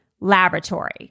Laboratory